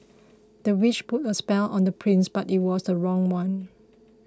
the witch put a spell on the prince but it was the wrong one